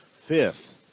fifth